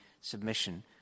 submission